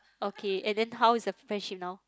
okay and then how is your friendship now